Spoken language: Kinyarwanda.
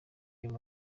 uyu